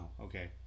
okay